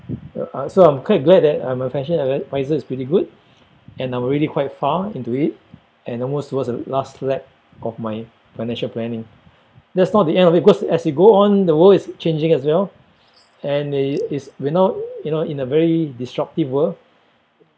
uh uh so I'm quite glad that I'm a financial advisor it's pretty good and I'm already quite far into it and almost was uh last lap of my financial planning that's not the end of it because as you go on the world is changing as well and it is you know you know in a very disruptive world